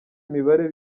imibare